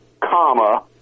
comma